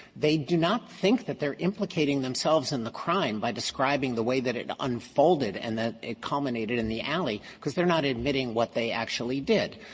they do not think that they are implicating themselves in the crime by describing the way that it unfolded and that it culminated in the alley, because they are not admitting what they actually did.